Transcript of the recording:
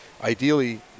ideally